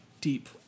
deep